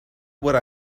would